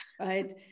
right